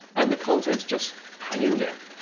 and the contents just hang in there.